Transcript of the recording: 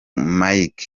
mike